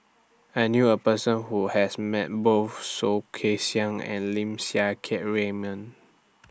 I knew A Person Who has Met Both Soh Kay Siang and Lim Siang Keat Raymond